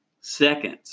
seconds